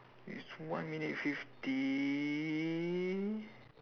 it's one minute fifty